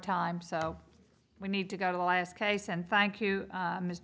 time so we need to go to the last case and thank you